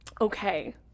Okay